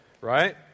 right